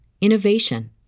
innovation